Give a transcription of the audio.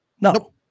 No